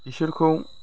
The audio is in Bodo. बिसोरखौ